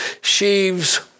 sheaves